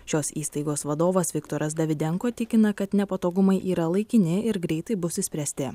šios įstaigos vadovas viktoras davidenko tikina kad nepatogumai yra laikini ir greitai bus išspręsti